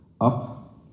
up